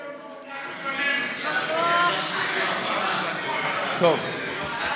זה לא על סדר-היום שמונח בפנינו.